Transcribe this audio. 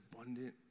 abundant